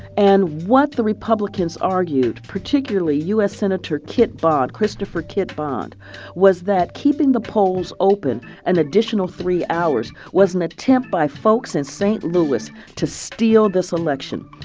and what the republicans argued, particularly u s. senator kit bond christopher kit bond was that keeping the polls open an additional three hours was an attempt by folks in st. louis to steal this election.